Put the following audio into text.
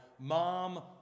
Mom